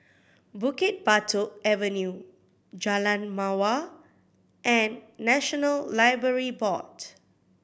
Bukit Batok Avenue Jalan Mawar and National Library Board